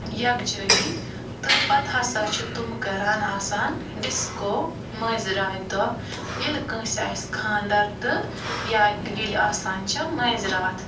یکجٲہی تہِ پتہِ ہسا چھِ تٕم کران آسان ڈِسکو مٲنزِراتہِ دۄہ ییٚلہِ کٲنسہِ آسہِ خانٛدر تہٕ یا ییٚلہِ آسان چھِ مٲنزِراتھ